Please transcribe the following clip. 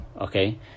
okay